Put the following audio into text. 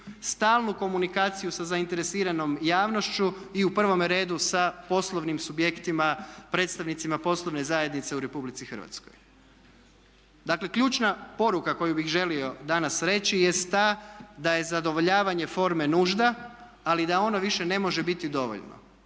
stalnu komunikciju sa zainteresiranom javnošću i u prvome redu sa poslovnim subjektima, predstavnicima poslovne zajednice u Republici Hrvatskoj. Dakle ključna poruka koju bih želio danas reći jest ta da je zadovoljavanje forme nužna ali da ono više ne može biti dovoljno.